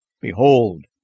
behold